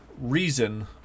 reason